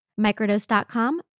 Microdose.com